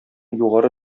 югары